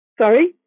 Sorry